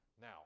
Now